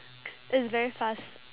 it's very fast